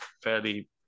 fairly